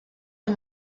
del